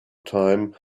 time